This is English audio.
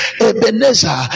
Ebenezer